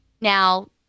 now